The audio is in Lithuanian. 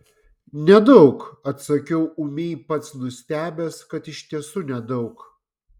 nedaug atsakiau ūmiai pats nustebęs kad iš tiesų nedaug